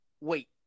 wait